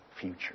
future